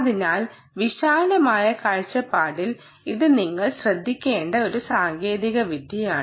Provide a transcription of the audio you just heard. അതിനാൽ വിശാലമായ കാഴ്ചപ്പാടിൽ ഇത് നിങ്ങൾ ശ്രദ്ധിക്കേണ്ട ഒരു സാങ്കേതികവിദ്യയാണ്